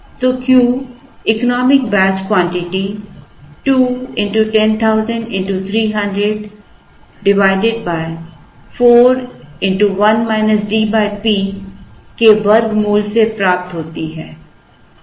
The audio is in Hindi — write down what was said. तो Q economic batch quantity 2 x 10000 x 300 4 1 DP के वर्गमूल से प्राप्त होती है